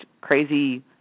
crazy